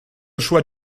choix